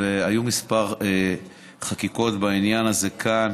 והיו כמה חקיקות בעניין הזה כאן